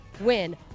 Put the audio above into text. win